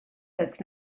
that’s